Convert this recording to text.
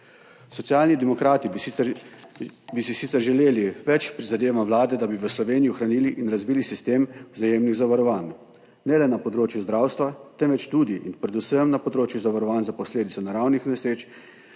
Socialni demokrati bi si sicer želeli več prizadevanj vlade, da bi v Sloveniji ohranili in razvili sistem vzajemnih zavarovanj, ne le na področju zdravstva, temveč tudi in predvsem na področju zavarovanj za posledice naravnih nesreč